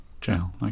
Jail